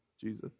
Jesus